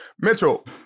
Mitchell